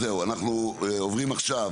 עוברים עכשיו